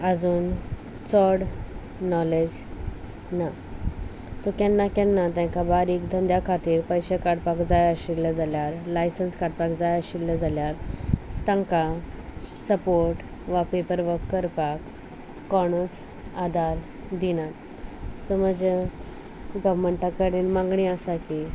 आजून चड नॉलेज ना सो केन्ना केन्ना तांकां बारीक धंद्या खातीर पयशे काडपाक जाय आशिल्ले जाल्यार लायसंस काडपाक जाय आशिल्लें जाल्यार तांकां सपोर्ट वा पेपर वक करपाक कोणूच आदार दिनात सो म्हजे गव्हमेंटा कडेन मागणी आसा की